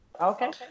Okay